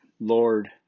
Lord